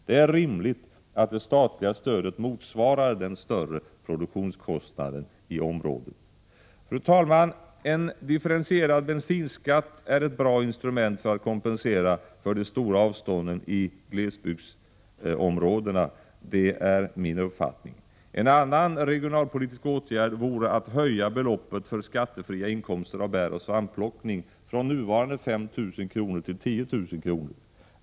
Det är rimligt att det statliga stödet motsvarar den större produktionskostnaden i området. Fru talman! En differentierad bensinskatt är enligt min uppfattning ett bra instrument för att kompensera för de stora avstånden i glesbygdsområdena. En annan regionalpolitisk åtgärd vore att höja beloppet för skattefria inkomster av bäroch svampplockning från nuvarande 5 000 kr. till 10 000 kr.